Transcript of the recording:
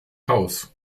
haus